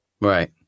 Right